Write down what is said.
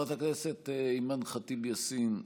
חברת הכנסת אימאן ח'טיב יאסין,